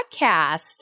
podcast